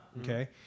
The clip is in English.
okay